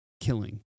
killing